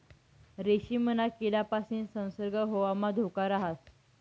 रेशीमना किडापासीन संसर्ग होवाना धोका राहस